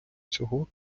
цього